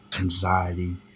anxiety